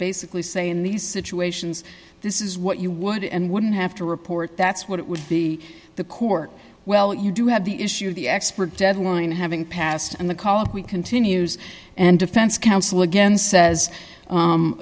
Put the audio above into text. basically say in these situations this is what you would and wouldn't have to report that's what it would be the court well you do have the issue of the expert deadline having passed and the colloquy continues and defense counsel again says